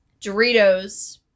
Doritos